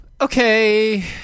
Okay